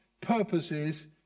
purposes